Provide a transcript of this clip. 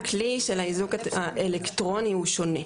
הכלי של האיזוק האלקטרוני הוא שונה,